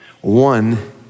one